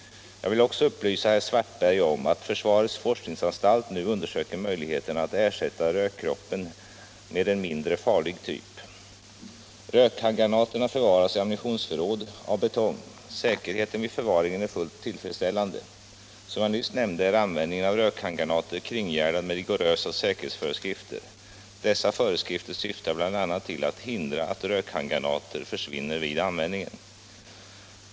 Jag vill också upplysa herr Svartberg om att försvarets forskningsanstalt nu undersöker möjligheterna att ersätta rökkroppen med en mindre farlig typ. Rökhandgranaterna förvaras i ammunitionsförråd av betong. Säkerheten vid förvaringen är fullt tillfredsställande. Som jag nyss nämnde är användningen av rökhandgranater kringgärdad med rigorösa säkerhetsföreskrifter. Dessa föreskrifter syftar bl.a. till att hindra att rökhandgranater försvinner vid användningen.